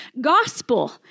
gospel